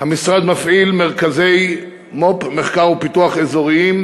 המשרד מפעיל מרכזי מו"פ, מחקר ופיתוח, אזוריים,